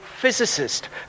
physicist